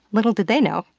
little did they know,